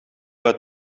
uit